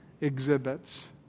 exhibits